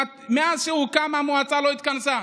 מאז שהוא הוקם המועצה לא התכנסה.